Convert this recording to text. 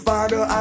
Father